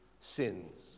sins